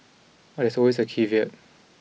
but there's always a caveat